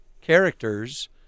characters